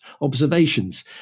observations